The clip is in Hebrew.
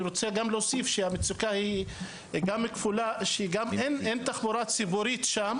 אני רוצה להוסיף שהמצוקה כפולה כי אין תחבורה ציבורית שם